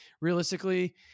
realistically